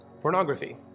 pornography